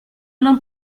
non